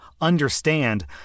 understand